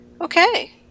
Okay